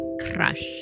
Crush